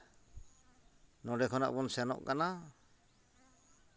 ᱱᱚᱸᱰᱮ ᱠᱷᱚᱱᱟᱜ ᱵᱚᱱ ᱥᱮᱱᱚᱜ ᱠᱟᱱᱟ